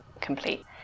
complete